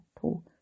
two